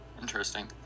interesting